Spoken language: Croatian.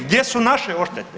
Gdje su naše odštete?